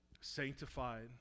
Sanctified